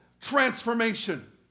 transformation